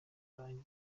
kurangiza